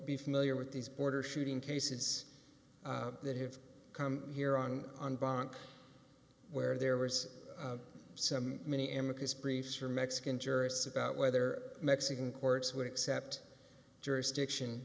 be familiar with these border shooting cases that have come here on on bond where there was some many m of his briefs or mexican jurists about whether mexican courts would accept jurisdiction